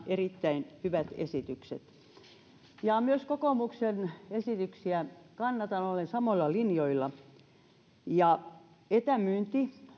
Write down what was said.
erittäin hyvät esitykset myös kokoomuksen esityksiä kannatan olen samoilla linjoilla etämyynti